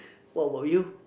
what about you